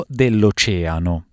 dell'oceano